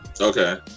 Okay